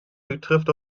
betrifft